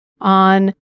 on